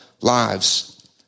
lives